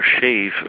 shave